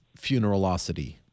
Funeralocity